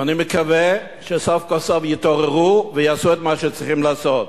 ואני מקווה שסוף כל סוף יתעוררו ויעשו את מה שצריכים לעשות.